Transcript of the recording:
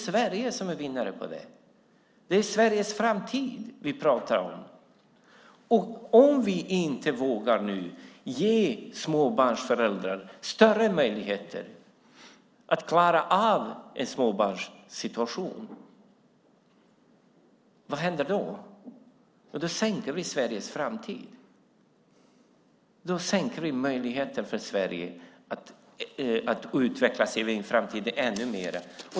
Sverige är vinnare på det! Det är Sveriges framtid vi pratar om. Om vi nu inte vågar ge småbarnsföräldrar större möjligheter att klara av en småbarnssituation, vad händer då? Jo, då sänker vi Sveriges framtid. Då sänker vi möjligheterna för Sverige att utveckla sin framtid ännu mer.